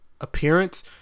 appearance